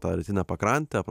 tą rytinę pakrantę